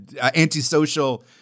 antisocial